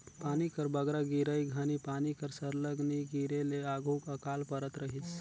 पानी कर बगरा गिरई घनी पानी कर सरलग नी गिरे ले आघु अकाल परत रहिस